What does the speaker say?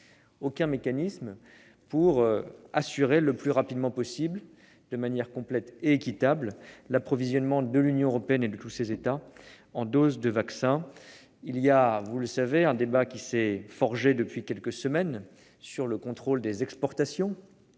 aucun mécanisme, pour garantir le plus rapidement possible, de manière complète et équitable, l'approvisionnement de l'Union européenne et de ses États membres en doses de vaccin. Vous le savez, un débat s'est fait jour voilà quelques semaines sur le contrôle des exportations